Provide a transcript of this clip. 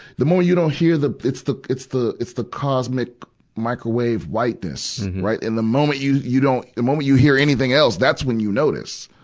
the moment you don't hear the, it's the, it's the, it's the cosmic microwave whiteness, right. and the moment you, you don't, the moment you hear anything else, that's when you notice,